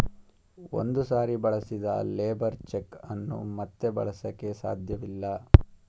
ಒಂದು ಸಾರಿ ಬಳಸಿದ ಲೇಬರ್ ಚೆಕ್ ಅನ್ನು ಮತ್ತೆ ಬಳಸಕೆ ಸಾಧ್ಯವಿಲ್ಲ